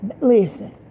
Listen